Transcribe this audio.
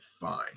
fine